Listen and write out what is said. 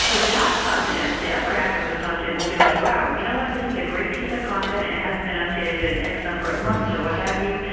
so the top content, the upper half of the content, we'll be like, you know what, this is a great piece of content, and it hasn't been updated in x number of months or what have you.